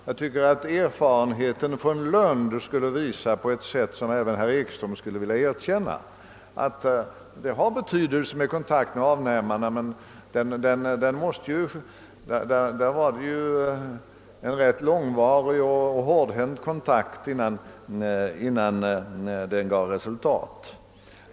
Jag tycker att erfarenheten från Lund, på ett sätt som även herr Ekström skulle vilja erkänna, kan visa att kontakten med avnämarna har betydelse, även om det därvid var fråga om en rätt långvarig och hårdhänt kontakt innan något resultat kunde vinnas.